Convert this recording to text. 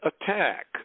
attack